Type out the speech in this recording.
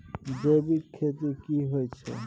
जैविक खेती की होए छै?